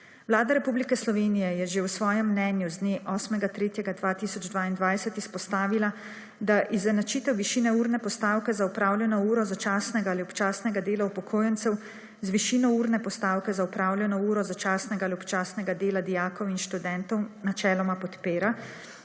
Vlada Republike Slovenije je že v svojem mnenju z dne 8. 3. 2022 izpostavila, da izenačitev višine urne postavke za opravljeno uro začasnega ali občasnega dela upokojencev z višino urne postavke za opravljeno uro začasnega ali občasnega dela dijakov in študentov načeloma podpira,